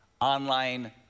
online